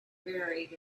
buried